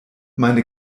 meine